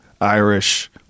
Irish